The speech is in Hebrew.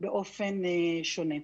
סקטור מגורים באופן שונה.